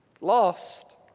lost